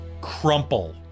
crumple